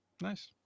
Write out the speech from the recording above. Nice